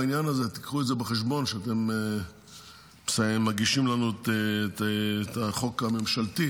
בעניין הזה: תיקחו את זה בחשבון כשאתם מגישים לנו את החוק הממשלתי,